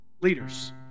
leaders